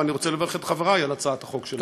ואני רוצה לברך את חברי על הצעת החוק הזאת.